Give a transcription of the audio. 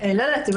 לא יודעת,